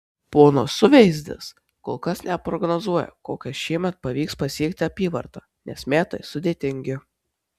ponas suveizdis kol kas neprognozuoja kokią šiemet pavyks pasiekti apyvartą nes metai sudėtingi